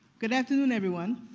good afternoon, everyone.